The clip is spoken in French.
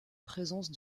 présence